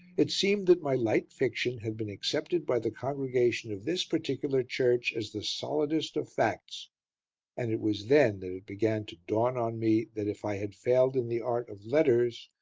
it seemed that my light fiction had been accepted by the congregation of this particular church as the solidest of facts and it was then that it began to dawn on me that if i had failed in the art of letters,